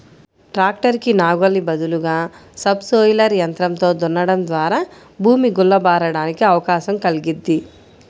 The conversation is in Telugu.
ట్రాక్టర్ కి నాగలి బదులుగా సబ్ సోయిలర్ యంత్రంతో దున్నడం ద్వారా భూమి గుల్ల బారడానికి అవకాశం కల్గిద్ది